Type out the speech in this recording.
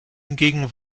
hingegen